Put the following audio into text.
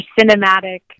cinematic